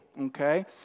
okay